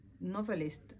novelist